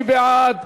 מי בעד?